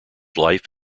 life